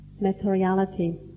materiality